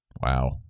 Wow